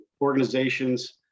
organizations